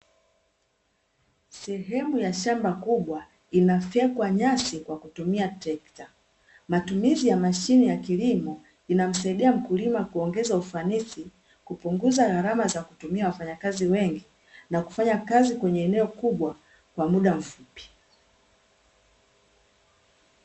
Sehemu ya shamba kubwa inafwekwa nyasi kwa kutumia Trekta matumizi ya mashine ya kilimo inamsaidia mkulima kuongeza ufanisi kupunguza ghalama za kutumia wafanyakazi wengi na kufanya kazi kwenye eneo kubwa kwa muda mfupi.